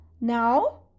Now